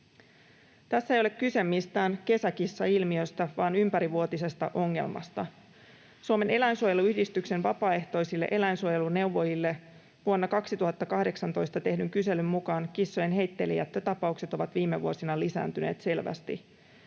Tässä ei ole kyse mistään kesäkissailmiöstä vaan ympärivuotisesta ongelmasta. Suomen eläinsuojeluyhdistyksen vapaaehtoisille eläinsuojeluneuvojille vuonna 2018 tehdyn kyselyn mukaan kissojen heitteillejättötapaukset ovat viime vuosina lisääntyneet selvästi.